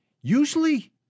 usually